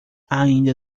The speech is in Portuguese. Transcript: ainda